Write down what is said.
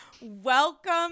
Welcome